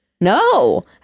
no